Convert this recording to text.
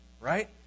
right